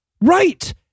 right